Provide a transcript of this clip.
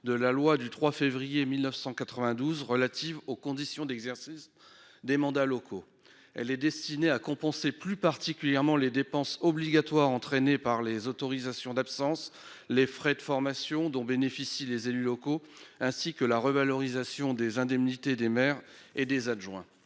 de la loi du 3 février 1992 relative aux conditions d'exercice des mandats locaux. Elle est destinée à compenser plus particulièrement les dépenses obligatoires entraînées par les autorisations d'absence et les frais de formation dont bénéficient les élus locaux, ainsi que la revalorisation des indemnités des maires et des adjoints.